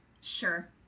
Sure